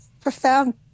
profound